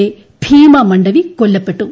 A Bhima Mandavi കൊല്ലപ്പെട്ടു